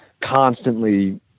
constantly